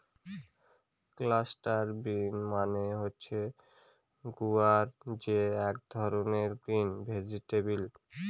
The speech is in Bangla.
ক্লাস্টার বিন মানে হচ্ছে গুয়ার যে এক ধরনের গ্রিন ভেজিটেবল